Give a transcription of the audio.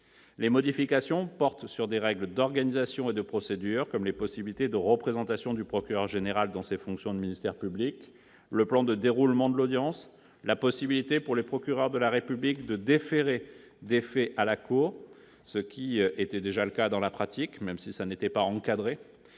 Les modifications portent sur des règles d'organisation et de procédure, comme les possibilités de représentation du procureur général dans ses fonctions de ministère public, le plan de déroulement de l'audience, la possibilité pour les procureurs de la République de déférer des faits à la Cour- c'était déjà le cas dans la pratique, même si ce n'était pas encadré